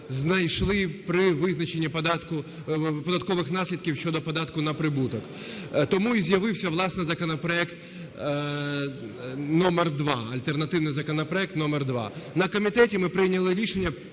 знайшли при визначенні податкових наслідків щодо податку на прибуток. Тому і з'явився, власне, законопроект номер 2, альтернативний законопроект номер 2. На комітеті ми прийняли рішення